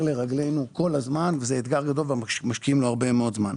לרגלינו כל הזמן וזה אתגר גדול שמשקיעים בו הרבה מאוד זמן.